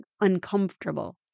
uncomfortable